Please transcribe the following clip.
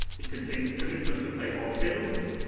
it contains a commitment to pay our bills.